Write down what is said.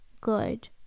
good